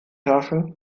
herrschen